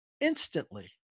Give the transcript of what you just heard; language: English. instantly